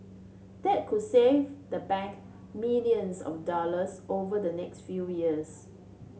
that could save the bank millions of dollars over the next few years